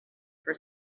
for